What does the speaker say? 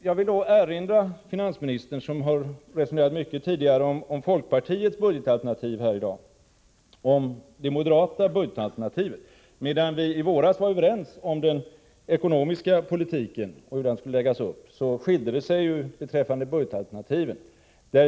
Jag vill erinra finansministern om det moderata budgetalternativet, eftersom han i dag resonerat mycket om folkpartiets budgetalternativ. Vi var i våras överens om hur den ekonomiska politiken skulle läggas upp, men det skilde sig beträffande budgetalternativen.